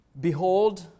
Behold